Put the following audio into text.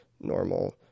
normal